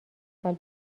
سال